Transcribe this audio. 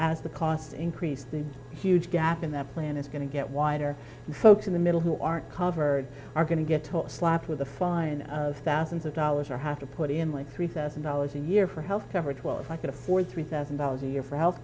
as the costs increase the huge gap in that plan is going to get wider the folks in the middle who aren't covered are going to get top slapped with a fine of thousands of dollars or have to put in like three thousand dollars a year for health coverage well if i could afford three thousand dollars a year for health